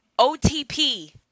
OTP